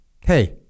Hey